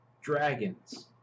dragons